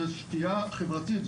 זה שתייה חברתית,